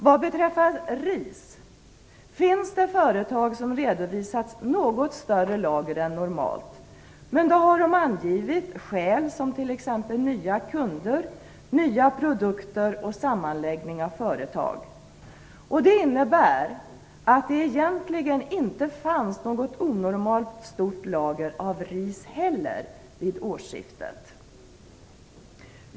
Vad beträffar ris finns det företag som redovisat något större lager än normalt, men de har då angivit skäl som t.ex. nya kunder, nya produkter och sammanläggning av företag. Det innebär att det egentligen inte heller fanns något onormalt stort lager av ris vid årsskiftet.